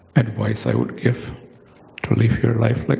advice i would give to live your life like